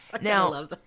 Now